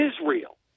Israel